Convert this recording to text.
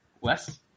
Wes